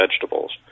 vegetables